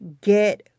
get